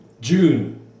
June